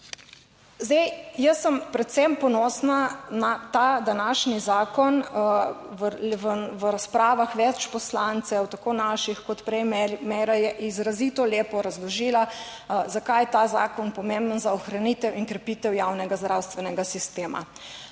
Zdaj, jaz sem predvsem ponosna na ta današnji zakon, v razpravah več poslancev, tako naših kot prej Meira je izrazito lepo razložila, zakaj je ta zakon pomemben za ohranitev in krepitev javnega zdravstvenega sistema.